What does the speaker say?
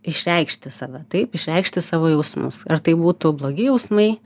išreikšti save taip išreikšti savo jausmus ar tai būtų blogi jausmai